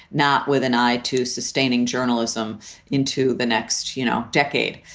not with an eye to sustaining journalism into the next, you know, decade.